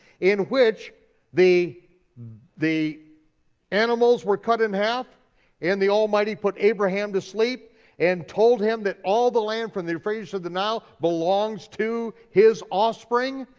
in which the the animals were cut in half and the almighty put abraham to sleep and told him that all the land from the euphrates to the nile belongs to his offspring,